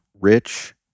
rich